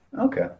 Okay